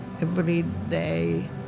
everyday